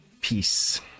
peace